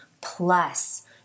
plus